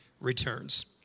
returns